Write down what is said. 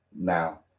now